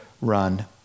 run